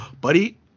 Buddy